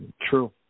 True